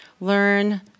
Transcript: learn